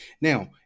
Now